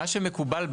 מה שמקובל,